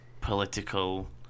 political